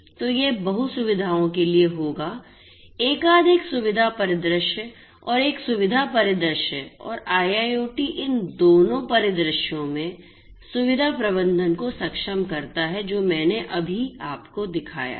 तो यह बहु सुविधाओं के लिए होगा एकाधिक सुविधा परिदृश्य और एक सुविधा परिदृश्य और IIoT इन दोनों परिदृश्यों में सुविधा प्रबंधन को सक्षम करता है जो मैंने अभी आपको दिखाया है